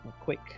quick